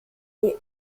euch